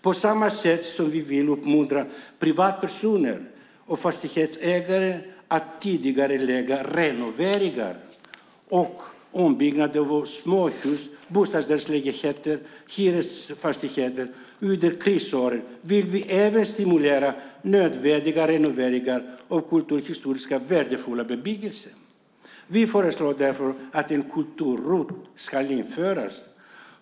På samma sätt som vi vill uppmuntra privatpersoner och fastighetsägare att tidigarelägga renoveringar och ombyggnader av småhus, bostadsrättslägenheter och hyresfastigheter under krisåren vill vi även stimulera nödvändiga renoveringar av kulturhistoriskt värdefull bebyggelse. Vi föreslår därför att kultur-ROT ska införas.